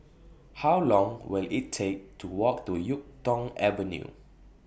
How Long Will IT Take to Walk to Yuk Tong Avenue